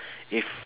if